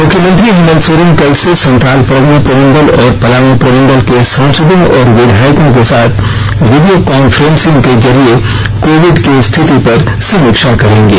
मुख्यमंत्री हेमंत सोरेन कल से संथाल परगना प्रमंडल और पलामू प्रमंडल के सांसदों और विधायकों के साथ वीडियो कॉन्फ्रेंसिंग के जरिये कोविड की स्थिति पर समीक्षा करेंगे